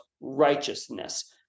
righteousness